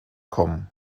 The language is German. kommen